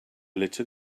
little